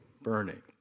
burning